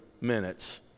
minutes